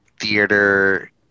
theater